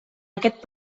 aquest